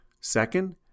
Second